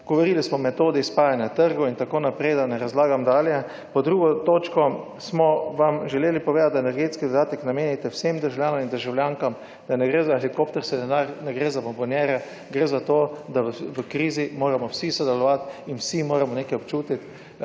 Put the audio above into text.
Govorili smo o metodi spajanja trgov in tako naprej, da ne razlagam dalje. Pod 2. točko smo vam želeli povedati, da energetski dodatek namenite vsem državljanom in državljankam, da ne gre za helikopterski denar, ne gre za bombonjere, gre za to, da v krizi moramo vsi sodelovati in vsi moramo nekaj občutiti